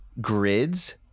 grids